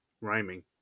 rhyming